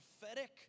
prophetic